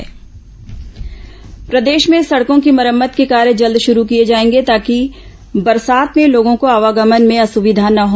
मुख्यमंत्री समीक्षा प्रदेश में सड़कों की मरम्मत के कार्य जल्द शुरू किए जाएंगे ताकि बरसात में लोगों को आवागमन में असुविधा न हो